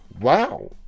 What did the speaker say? Wow